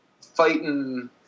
Fighting